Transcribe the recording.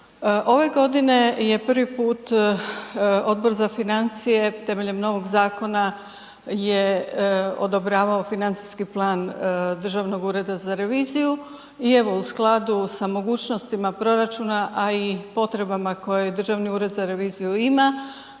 Ove godine je prvi put Odbor za financije temeljem novog zakona je odobravao financijski plan Državnog ureda za reviziju i evo, u skladu sa mogućnostima proračuna, a i potrebama koje Državni ured za reviziju ima